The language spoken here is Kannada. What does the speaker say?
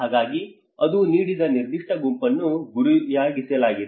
ಹಾಗಾಗಿ ಅದು ನೀಡಿದ ನಿರ್ದಿಷ್ಟ ಗುಂಪನ್ನು ಗುರಿಯಾಗಿಸಲಾಗಿದೆ